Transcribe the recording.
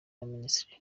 y’abaminisitiri